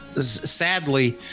sadly